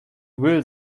will